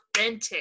authentic